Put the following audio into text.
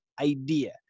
idea